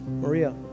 maria